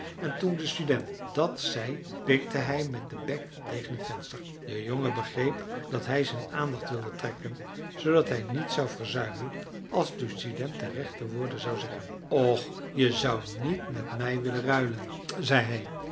en toen de student dat zei pikte hij met den bek tegen het venster de jongen begreep dat hij zijn aandacht wilde trekken zoodat hij niets zou verzuimen als de student de rechte woorden zou zeggen och je zou niet met mij willen ruilen zei